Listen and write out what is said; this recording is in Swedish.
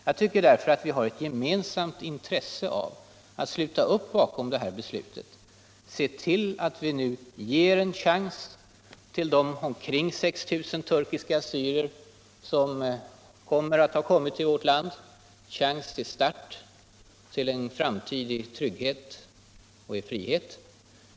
Jag tycker därför att vi har ett gemensamt intresse av att sluta upp bakom det här beslutet och se till att vi nu ger en chans till de omkring 6 000 turkiska assyrier som kommit till vårt land, en chans till start för en framtid i trygghet och frihet.